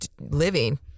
living